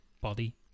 body